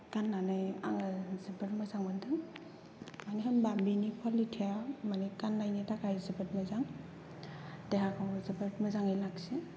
गान्नानै आङो जोबोर मोजां मोनदों मानो होनबा बेनि क्वालितिया माने गान्नायनि थाखाय जोबोद मोजां देहाखौ जोबोद मोजाङै लाखियो